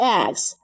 eggs